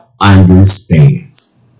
understands